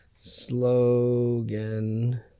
slogan